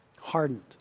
Hardened